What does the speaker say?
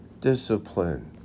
discipline